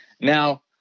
Now